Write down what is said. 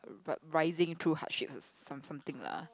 rise~ rising through hardships or some~ something lah